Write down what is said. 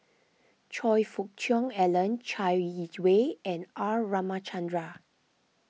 Choe Fook Cheong Alan Chai Yee Wei and R Ramachandran